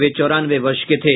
वे चौरानवे वर्ष के थे